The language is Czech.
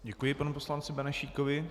Děkuji panu poslanci Benešíkovi.